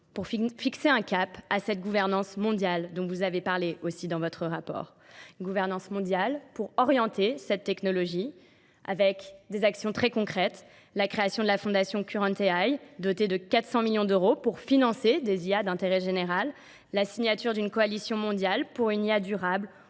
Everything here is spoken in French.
pour fixer un cap à cette gouvernance mondiale dont vous avez parlé aussi dans votre rapport. Gouvernance mondiale pour orienter cette technologie avec des actions très concrètes. La création de la fondation Current AI dotée de 400 millions d'euros pour financer des IA d'intérêt général, la signature d'une coalition mondiale pour une IA durable